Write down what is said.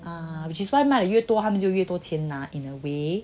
which is why 卖的越多他会有越多钱拿 in a way